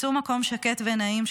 מצאו מקום שקט ונעים,